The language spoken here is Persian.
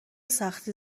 سختی